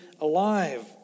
alive